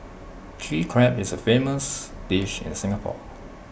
Chilli Crab is A famous dish in Singapore